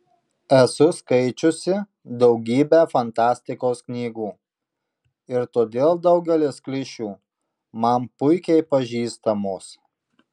esu skaičiusi daugybę fantastikos knygų ir todėl daugelis klišių man puikiai pažįstamos